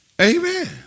Amen